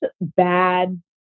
bad